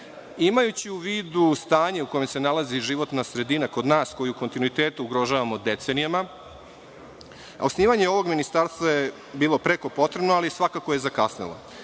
u vidu stanje u kome se nalazi životna sredina kod nas, koji u kontinuitetu ugrožavamo decenijama, osnivanje ovog ministarstva je bilo preko potrebno, ali svakako je zakasnelo.